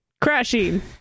Crashing